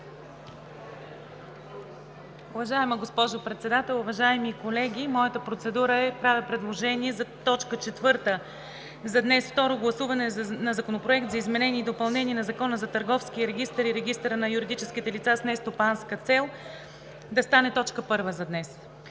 Уважаема госпожо Председател, уважаеми колеги! Моята процедура е следната. Правя предложение точка четвърта за днес: Второ гласуване на Законопроекта за изменение и допълнение на Закона за търговския регистър и регистъра на юридическите лица с нестопанска цел да стане точка първа.